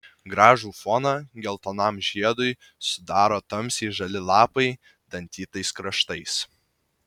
gražų foną geltonam žiedui sudaro tamsiai žali lapai dantytais kraštais